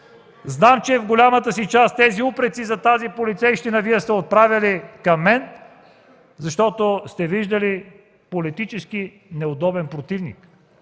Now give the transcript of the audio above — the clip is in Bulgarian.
Знам, че в голямата си част тези упреци за тази полицейщина Вие сте отправяли към мен, защото сте виждали политически неудобен противник.